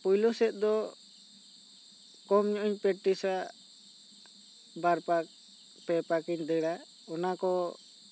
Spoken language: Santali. ᱯᱩᱭᱞᱩ ᱥᱮᱫ ᱫᱚ ᱠᱚᱢ ᱧᱚᱜ ᱤᱧ ᱯᱮᱠᱴᱤᱥᱟ ᱵᱟᱨ ᱯᱟᱠ ᱯᱮ ᱯᱟᱠ ᱤᱧ ᱫᱟᱹᱲᱟ ᱚᱱᱟᱠᱚ